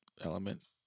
element